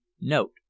Note